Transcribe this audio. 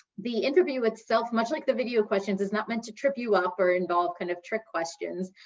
the interview itself, much like the video questions is not meant to trip you up or involve kind of trick questions.